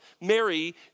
Mary